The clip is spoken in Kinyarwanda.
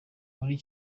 muri